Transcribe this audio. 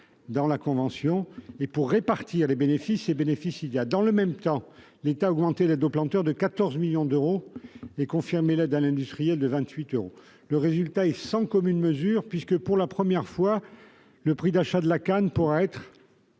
dans la convention et pour répartir les bénéfices à l'avenir si bénéfices il y a. Dans le même temps, l'État a augmenté l'aide aux planteurs de 14 millions d'euros et confirmé l'aide à l'industriel de 28 millions d'euros. Le résultat est sans commune mesure avec ce qui préexistait, puisque, pour la première fois, le prix d'achat de la canne pourra être